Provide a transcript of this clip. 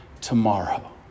tomorrow